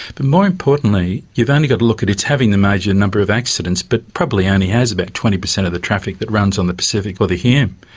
more importantly, you've only got to look at, it's having the major number of accidents, but probably only has about twenty per cent of the traffic that runs on the pacific or the hume.